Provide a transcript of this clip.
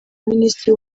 minisitiri